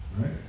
Right